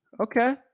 Okay